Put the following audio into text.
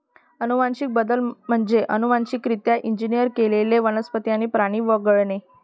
अनुवांशिक बदल म्हणजे अनुवांशिकरित्या इंजिनियर केलेले वनस्पती आणि प्राणी वगळणे